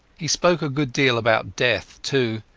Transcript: he spoke a good deal about death, too.